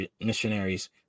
missionaries